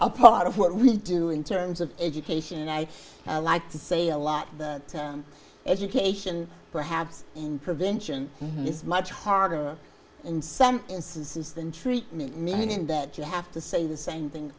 a part of what we do in terms of education and i like to say a lot that education perhaps in prevention is much harder in some instances than treatment meaning that you have to say the same thing